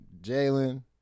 Jalen